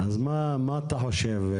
אז מה אתה חושב?